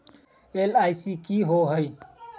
LIC की होअ हई?